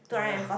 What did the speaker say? ya